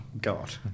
God